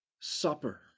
Supper